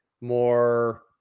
more